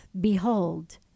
Behold